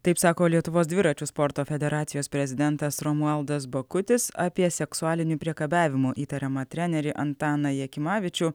taip sako lietuvos dviračių sporto federacijos prezidentas romualdas bakutis apie seksualiniu priekabiavimu įtariamą trenerį antaną jakimavičių